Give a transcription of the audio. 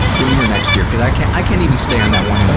give me your next fear, cause i can't i can't even stay on that one